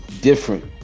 different